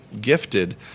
gifted